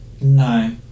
No